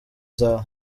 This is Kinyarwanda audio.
zawe